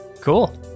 Cool